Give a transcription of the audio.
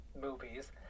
Movies